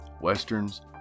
westerns